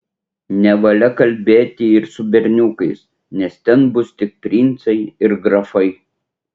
nevalia kalbėti ir su berniukais nes ten bus tik princai ir grafai